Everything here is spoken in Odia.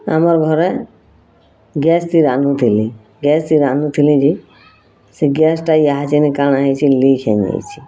ଆମର୍ ଘରେ ଗ୍ୟାସ୍ ଥି ରାନ୍ଧୁଥିଲି ଗ୍ୟାସ୍ ଥି ରାନ୍ଧୁଥିଲି ଯେ ସେ ଗ୍ୟାସ୍ଟା ଇହାଛିନି କାଣା ହେଇଛେ ଲିକ୍ ହେଇଯାଇଛେ